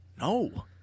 No